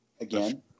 again